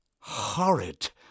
Horrid